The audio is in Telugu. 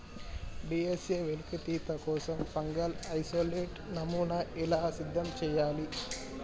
డి.ఎన్.ఎ వెలికితీత కోసం ఫంగల్ ఇసోలేట్ నమూనాను ఎలా సిద్ధం చెయ్యాలి?